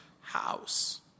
house